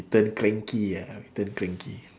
turn cranky ah we turn cranky